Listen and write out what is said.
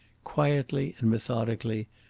quietly and methodically,